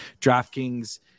DraftKings